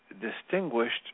Distinguished